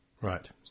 Right